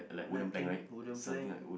nothing golden plank